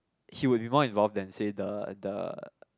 he will involve involve then say the the